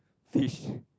fish